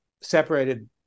separated